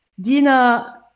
Dina